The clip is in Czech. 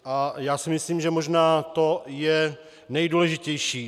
A já si myslím, že možná to je nejdůležitější.